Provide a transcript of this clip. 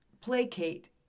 placate